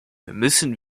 müssen